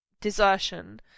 desertion